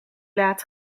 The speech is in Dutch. laat